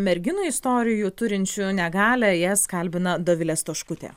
merginų istorijų turinčių negalią jas kalbina dovilė stoškutė